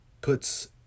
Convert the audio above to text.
puts